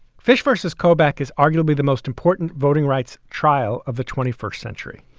fish versus kobach is arguably the most important voting rights trial of the twenty first century